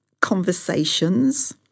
conversations